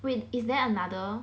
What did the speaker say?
when is there another